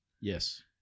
Yes